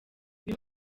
uyu